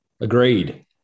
Agreed